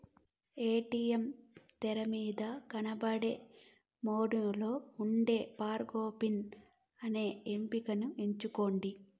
ATM తెరమీద కనబడే మెనూలో ఉండే ఫర్గొట్ పిన్ అనే ఎంపికని ఎంచుకోండి